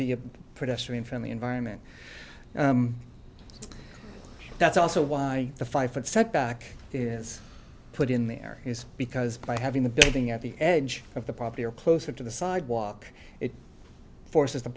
friendly environment that's also why the five foot setback is put in there is because by having the building at the edge of the probably or closer to the sidewalk it forces the